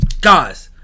guys